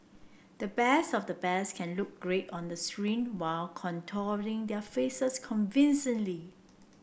the best of the best can look great on the screen while contorting their faces convincingly